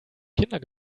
kinder